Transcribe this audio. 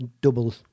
double